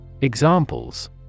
Examples